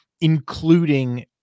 including